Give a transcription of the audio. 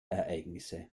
ereignisse